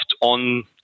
on